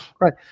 Right